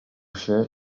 się